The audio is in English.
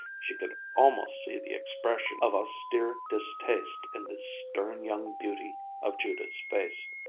she could almost see the expression of austere distaste in the stern young beauty of judith's face.